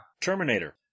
Terminator